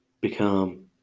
become